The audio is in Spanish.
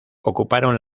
ocuparon